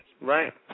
Right